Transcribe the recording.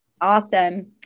Awesome